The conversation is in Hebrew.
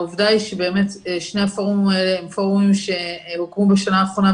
העובדה היא ששני הפורומים האלה הם פורומים שהוקמו בשנה האחרונה,